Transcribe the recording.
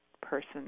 person